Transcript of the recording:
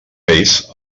reis